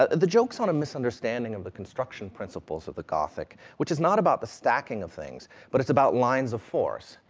ah the joke's on a misunderstanding of the construction principles of the gothic, which is not about the stacking of things, but it's about lines of force.